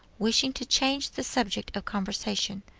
wishing to change the subject of conversation.